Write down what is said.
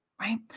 right